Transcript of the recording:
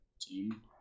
team